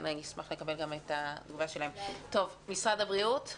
אשמח לקבל גם את התגובה של משרד העבודה והרווחה.